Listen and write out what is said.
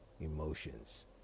emotions